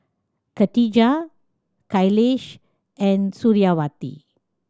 Khadija Khalish and Suriawati